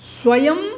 स्वयम्